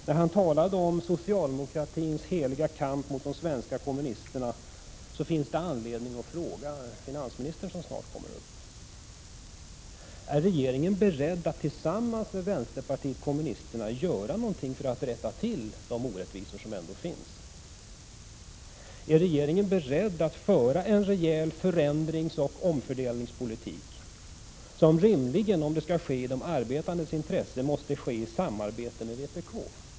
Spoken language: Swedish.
När han talar om socialdemokratins heliga kamp mot de svenska kommunisterna finns det anledning att fråga finansministern, som snart kommer upp i talarstolen: Är regeringen beredd att tillsammans med vänsterpartiet kommunisterna göra något för att rätta till de orättvisor som ändå finns? Är regeringen beredd att föra en rejäl förändringsoch omfördelningspolitik, som rimligen, om den skall ske i de arbetandes intressen, bör föras i samarbete med vpk?